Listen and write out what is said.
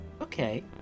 Okay